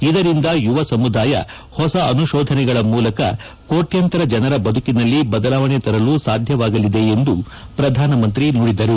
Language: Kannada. ಇದರಿಂದ ಯುವ ಸಮುದಾಯ ಹೊಸ ಅನುಶೋಧನೆಗಳ ಮೂಲಕ ಕೋಟ್ನಂತರ ಜನರ ಬದುಕಿನಲ್ಲಿ ಬದಲಾವಣೆ ತರಲು ಸಾಧ್ಯವಾಗಲಿದೆ ಎಂದು ಪ್ರಧಾನಮಂತ್ರಿ ನುಡಿದರು